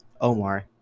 Omar